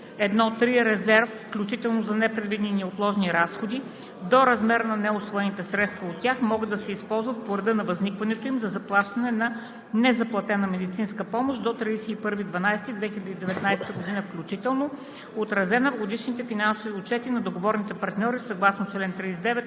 - 1.3. Резерв, включително за непредвидени и неотложни разходи, до размера на неусвоените средства, от тях могат да се използват, по реда на възникването им, за заплащане на незаплатена медицинска помощ до 31.12.2019 г. включително, отразена в годишните финансови отчети на договорните партньори, съгласно чл. 39.